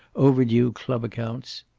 over-due club accounts.